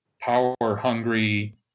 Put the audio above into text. power-hungry